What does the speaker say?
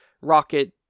rocket